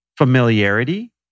familiarity